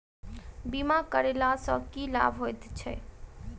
बीमा करैला सअ की लाभ होइत छी?